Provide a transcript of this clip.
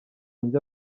njya